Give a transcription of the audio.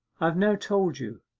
have now told you.